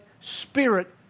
spirit